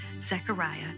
Zechariah